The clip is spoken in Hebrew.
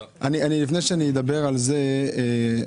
בבקשה.